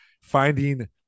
finding